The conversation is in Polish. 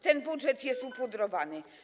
Ten budżet jest upudrowany.